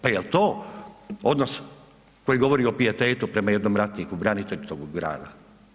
Pa je li to odnos koji govori o pijetetu prema jednom ratniku, branitelju toga grada?